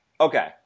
Okay